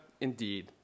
Indeed